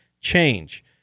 change